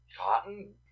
Cotton